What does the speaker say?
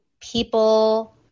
people